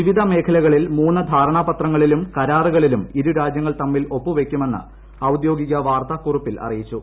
വിവിധ മേഖലകളിൽ മൂന്ന് ധാർണ്ട്രൂപത്രങ്ങളിലും കരാറുകളിലും ഇരുരാജ്യങ്ങൾ തമ്മീൽ ഒപ്പുവയ്ക്കുമെന്ന് ഔദ്യോഗിക വാർത്താക്കുറിപ്പിൽ അറിയിച്ചു